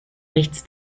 rechts